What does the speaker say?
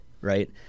Right